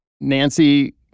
Nancy